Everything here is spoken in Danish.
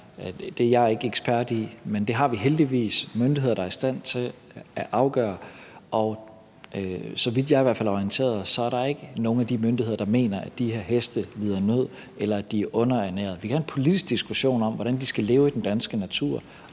ej, er jeg ikke ekspert i, men det har vi heldigvis myndigheder der er i stand til at afgøre. Og så vidt jeg i hvert fald er orienteret, er der ikke nogen af de myndigheder, der mener, at de her heste lider nød, eller at de er underernærede. Vi kan have en politisk diskussion om, hvordan de skal leve i den danske natur,